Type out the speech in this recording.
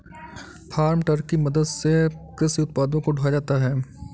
farm truck की मदद से कृषि उत्पादों को ढोया जाता है